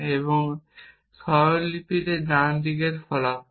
এবং এই স্বরলিপিতে ডান দিকের ফলাফল